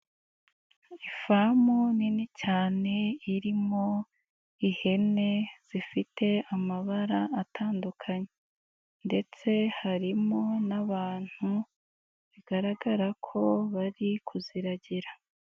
Ifamu nini cyane irimo ihene zifite amabara atandukanye. Ndetse harimo n'abantu bigaragara ko bari kuziragira.